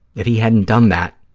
if he hadn't done that,